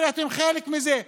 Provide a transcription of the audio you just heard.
הרי אתם חלק מזה,